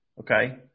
Okay